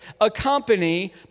accompany